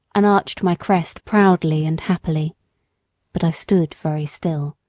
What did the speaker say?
and arched my crest proudly and happily but i stood very still,